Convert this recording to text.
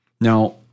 Now